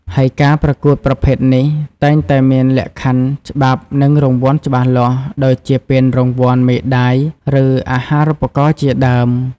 ហើយការប្រកួតប្រភេទនេះតែងតែមានលក្ខខណ្ឌ ច្បាប់ និងរង្វាន់ច្បាស់លាស់ ដូចជាពានរង្វាន់ មេដាយ ឬអាហារូបករណ៍ជាដើម។